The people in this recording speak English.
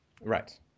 Right